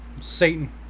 Satan